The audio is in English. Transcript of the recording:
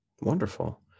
wonderful